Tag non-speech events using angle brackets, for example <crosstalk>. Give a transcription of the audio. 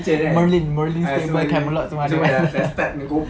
merlin merlin semua camelot semua ada <laughs>